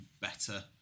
better